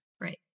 Right